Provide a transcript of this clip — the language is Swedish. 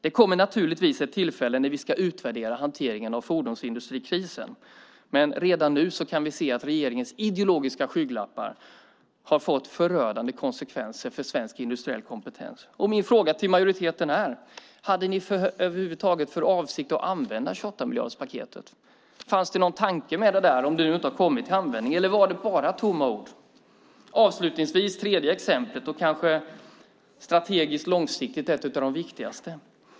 Det kommer naturligtvis ett tillfälle när vi ska utvärdera hanteringen av fordonsindustrikrisen, men redan nu kan vi se att regeringens ideologiska skygglappar har fått förödande konsekvenser för svensk industriell kompetens. Min fråga till majoriteten är: Hade ni över huvud taget för avsikt att använda 28-miljarderspaketet? Fanns det någon tanke med det, om det nu inte har kommit till användning, eller var det bara tomma ord? Avslutningsvis vill jag ta upp det tredje exemplet, strategiskt långsiktigt kanske ett av de viktigaste.